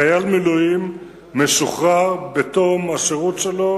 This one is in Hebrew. חייל מילואים משוחרר בתום השירות שלו